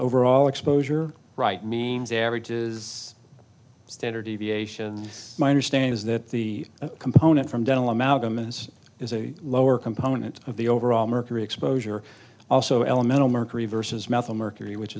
overall exposure right means average is standard deviations my understanding is that the component from dental amalgam is is a lower component of the overall mercury exposure also elemental mercury versus methylmercury which